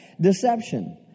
deception